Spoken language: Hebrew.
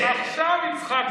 עכשיו הצחקת אותי.